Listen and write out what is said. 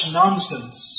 nonsense